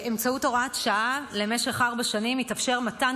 באמצעות הוראת שעה למשך ארבע שנים יתאפשר מתן